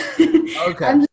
Okay